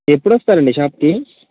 ఎపుడొస్తారండి షాపుకి